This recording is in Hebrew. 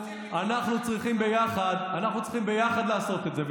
אנחנו צריכים ביחד לעשות את זה,